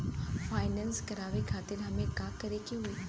Finance करावे खातिर हमें का करे के होई?